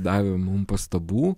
davė mum pastabų